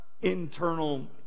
internal